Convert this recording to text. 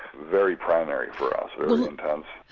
very primary for us, very intense.